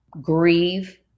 grieve